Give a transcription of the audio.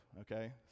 okay